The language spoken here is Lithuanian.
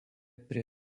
prie